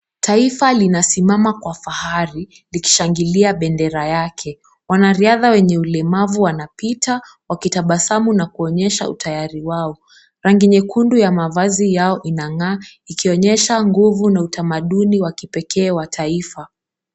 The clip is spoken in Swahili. Taifa linasimama kwa fahari likishangilia bendera yake. Wanariadha wenye ulemavu wanapita wakitabasamu na kuonyesha utayari wao. Rangi nyekundu ya mavazi yao inang'aa ikionyesha nguvu na utamaduni wa kipekee wa taifa.